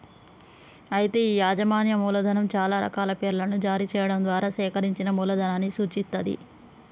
అయితే ఈ యాజమాన్యం మూలధనం చాలా రకాల పేర్లను జారీ చేయడం ద్వారా సేకరించిన మూలధనాన్ని సూచిత్తది